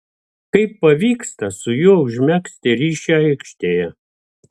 kaip pavyksta su juo užmegzti ryšį aikštėje